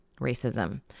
racism